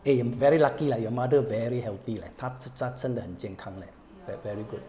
eh very lucky lah your mother very healthy leh 他真真的很健康 leh ve~ very good